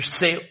say